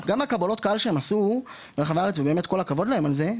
גם קבלות קהל שהם עשו ברחבי הארץ ובאמת כל הכבוד להם על זה,